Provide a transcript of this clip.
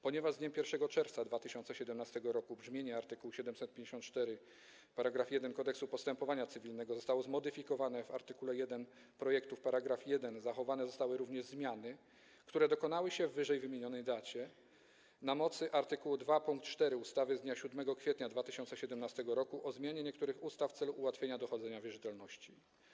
Ponieważ z dniem 1 czerwca 2017 r. brzmienie art. 754 § 1 Kodeksu postępowania cywilnego zostało zmodyfikowane, w art. 1 w § 1 projektu zachowane zostały również zmiany, które dokonały się w ww. dacie na mocy art. 2 pkt 4 ustawy z dnia 7 kwietnia 2017 r. o zmianie niektórych ustaw w celu ułatwienia dochodzenia wierzytelności.